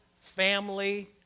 family